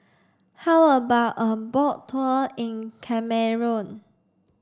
how about a boat tour in Cameroon